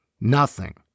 Nothing